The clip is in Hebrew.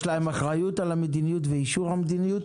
אחריות על המדיניות ואישור המדיניות.